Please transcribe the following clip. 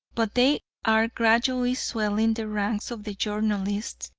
but they are gradually swelling the ranks of the journalists,